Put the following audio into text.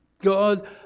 God